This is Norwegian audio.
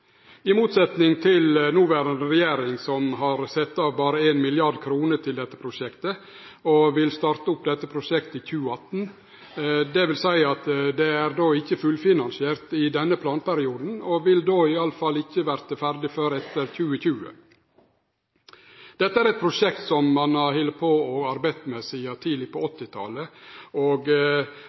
i motsetning til noverande regjering, som har sett av berre 1 mrd. kr til dette prosjektet og vil starte opp i 2018. Det vil seie at det ikkje er fullfinansiert i denne planperioden, og det vil i alle fall ikkje verte ferdig før etter 2020. Dette er eit prosjekt som ein har arbeidd med sidan tidleg på 1980-talet, og